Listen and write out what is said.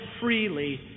freely